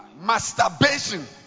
Masturbation